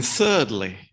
thirdly